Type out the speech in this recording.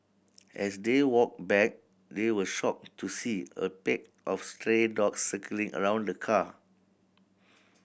as they walked back they were shocked to see a pack of stray dogs circling around the car